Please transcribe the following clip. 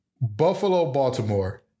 Buffalo-Baltimore